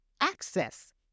access